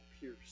pierce